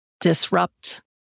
disrupt